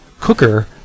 cooker